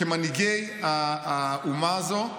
כמנהיגי האומה הזו,